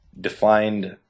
defined